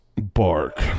bark